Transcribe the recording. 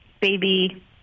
baby